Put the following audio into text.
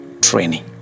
Training